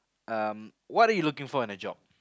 um what are you looking for in a job